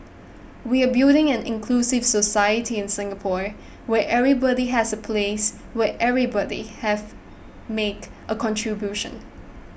we are building an inclusive society in Singapore where everybody has a place where everybody have make a contribution